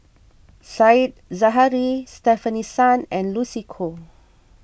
Said Zahari Stefanie Sun and Lucy Koh